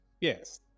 Yes